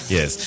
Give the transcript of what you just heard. Yes